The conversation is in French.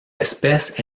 espèce